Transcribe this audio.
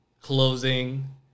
closing